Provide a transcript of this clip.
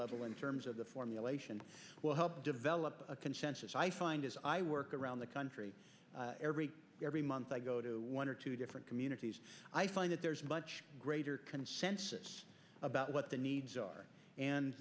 level in terms of the formulation will help develop a consensus i find as i work around the country every month i go to one or two different communities i find that there's much greater consensus about what the needs